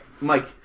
Mike